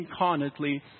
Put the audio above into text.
incarnately